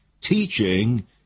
teaching